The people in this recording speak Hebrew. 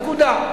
נקודה.